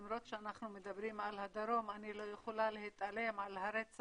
למרות שאנחנו מדברים על הדרום אני לא יכולה להתעלם מהרצח